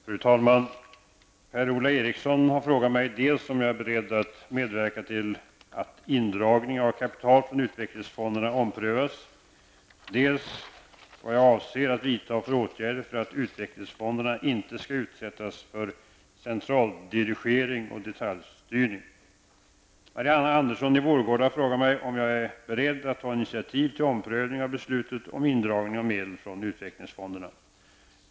Fru talman! Per-Ola Eriksson har frågat mig dels om jag är beredd att medverka till att indragningen av kapital från utvecklingsfonderna omprövas, dels vad jag avser att vidta för åtgärder för att uvecklingsfonden inte skall utsättas för centraldirigering och detaljstyrning. Marianne Andersson i Vårgårda har frågat mig om jag är beredd att ta initiativ till omprövning av beslutet om indragning av medel från utvecklingsfonderna.